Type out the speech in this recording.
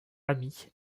ami